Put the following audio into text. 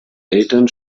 eltern